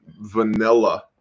vanilla